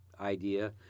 idea